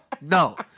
No